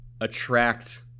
attract